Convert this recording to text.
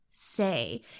say